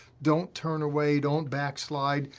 don't turn away. don't backslide.